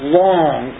long